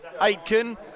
Aitken